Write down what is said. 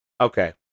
Okay